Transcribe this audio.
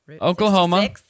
Oklahoma